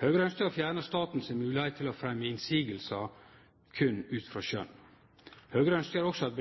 Høgre ønskjer å fjerne staten si moglegheit til å fremje motsegner berre ut frå skjønn. Høgre ønskjer også